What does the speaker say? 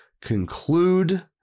conclude